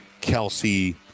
Kelsey